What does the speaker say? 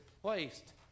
placed